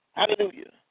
hallelujah